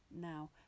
now